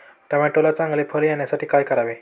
टोमॅटोला चांगले फळ येण्यासाठी काय करावे?